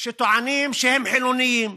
שטוענים שהם חילונים,